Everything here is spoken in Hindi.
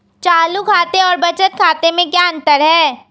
चालू खाते और बचत खाते में क्या अंतर है?